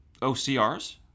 OCRs